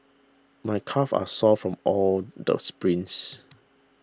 my calves are sore from all the sprints